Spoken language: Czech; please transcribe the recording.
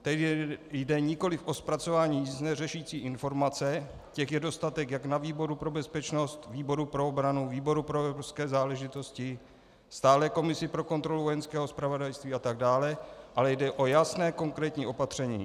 Teď jde nikoliv o zpracování nic neřešící informace, těch je dostatek jak na výboru pro bezpečnost, výboru pro obranu, výboru pro evropské záležitosti, stálé komisi pro kontrolu Vojenského zpravodajství atd., ale jde o jasné, konkrétní opatření.